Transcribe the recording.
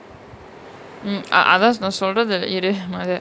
mm ah அதா நா சொல்ரது இரு:athaa na solrathu iru maga